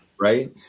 Right